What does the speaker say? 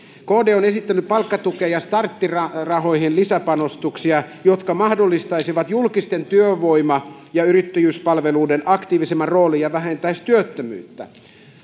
kd on esittänyt palkkatukeen ja starttirahoihin lisäpanostuksia jotka mahdollistaisivat julkisten työvoima ja yrittäjyyspalveluiden aktiivisemman roolin ja vähentäisivät työttömyyttä